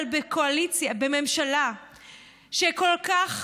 אבל בממשלה שכל כך,